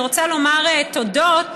אני רוצה לומר תודות.